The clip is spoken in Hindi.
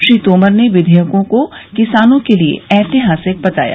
श्री तोमर ने विधेयकों को किसानों के लिए ऐतिहासिक बताया